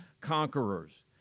conquerors